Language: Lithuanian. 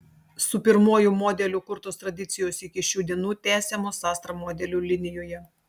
su pirmuoju modeliu kurtos tradicijos iki šių dienų tęsiamos astra modelių linijoje